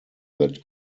that